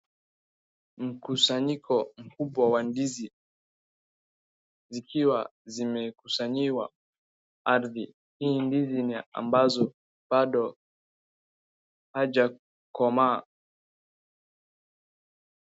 Mkusanyiko mkubwa wa ndizi zikiwa zimekusanyiwa ardhi, hii ndizi ni ambazo bado hajakomaa.